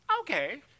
Okay